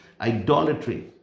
idolatry